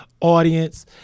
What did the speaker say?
audience